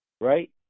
right